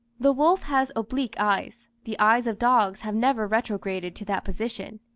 the wolf has oblique eyes the eyes of dogs have never retrograded to that position.